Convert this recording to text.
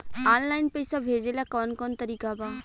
Online पइसा भेजेला कवन कवन तरीका बा?